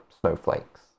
snowflakes